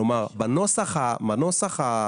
כלומר, בנוסח המוצע